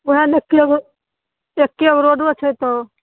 ओएह ने एक्के गो एक्के गो रोडे छै तऽ